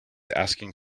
asking